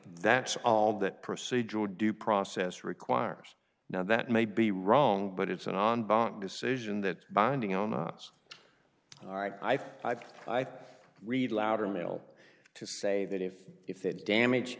that's all that procedural due process requires now that may be wrong but it's an on bond decision that binding on us all right i feel i've i've read louder mail to say that if if the damage